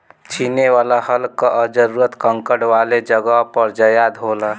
छेनी वाला हल कअ जरूरत कंकड़ वाले जगह पर ज्यादा होला